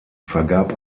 vergab